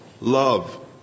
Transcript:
love